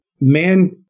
man